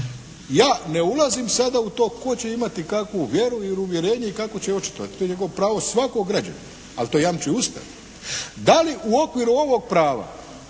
Ja ne ulazim sada u to tko će imati kakvu vjeru i uvjerenje i kako će očitovati. To je njegovo pravo svakog građanina, ali to jamči Ustav. Da li u okviru ovog prava